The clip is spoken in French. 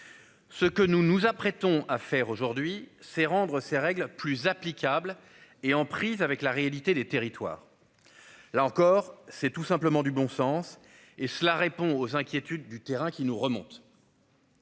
Ce que nous nous apprêtons à faire aujourd'hui, c'est rendre ces règles plus applicable et en prise avec la réalité des territoires. Là encore, c'est tout simplement du bon sens et cela répond aux inquiétudes du terrain qui nous remonte.